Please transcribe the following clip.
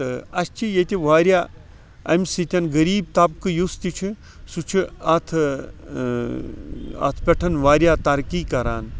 تہٕ اَسہِ چھِ ییٚتہِ واریاہ امہ سۭتۍ غریٖب طبقہٕ یُس تہِ چھُ سُہ چھُ اتھ اتھ پٮ۪ٹھ واریاہ ترقی کران